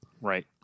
Right